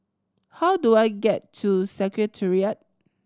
how do I get to Secretariat